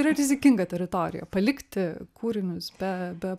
yra rizikinga teritorija palikti kūrinius be be